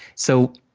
so,